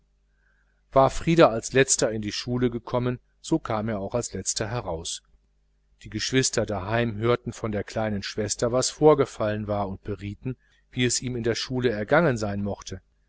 war frieder als letzter in die schule gekommen so kam er auch als letzter heraus die geschwister daheim hörten von der kleinen schwester was vorgefallen war und berieten wie es ihm in der schule ergangen sein mochte